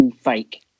fake